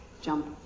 jump